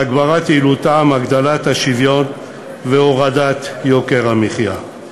והגברת יעילותה, הגדלת השוויון והורדת יוקר המחיה.